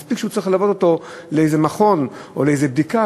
מספיק שצריך ללוות אותו לאיזה מכון או לאיזו בדיקה,